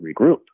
regroup